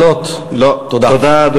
עדכון: יש 100 פקחים בשטח היום,